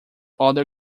other